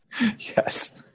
Yes